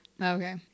Okay